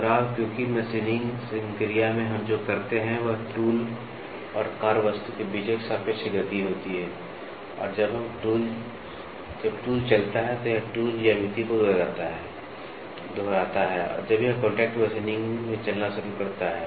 दोहराव क्योंकि मशीनिंग संक्रिया में हम जो करते हैं वह टूल और कार्यवस्तु के बीच एक सापेक्ष गति होती है और जब टूल चलता है तो यह टूल ज्यामिति को दोहराता है जब यह कॉन्टैक्ट मशीनिंग में चलना शुरू करता है